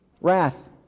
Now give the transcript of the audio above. wrath